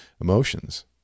emotions